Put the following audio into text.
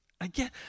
Again